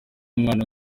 umwana